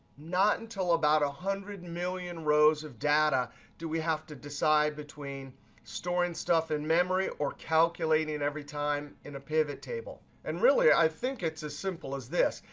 not until about one ah hundred million rows of data do we have to decide between storing stuff in memory or calculating every time in a pivot table. and really, i think it's as simple as this.